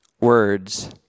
words